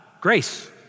grace